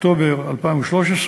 באוקטובר 2013,